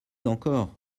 encore